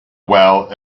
well